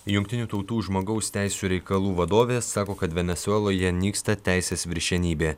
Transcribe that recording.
jungtinių tautų žmogaus teisių reikalų vadovė sako kad venesueloje nyksta teisės viršenybė